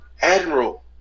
Admiral